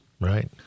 Right